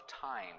time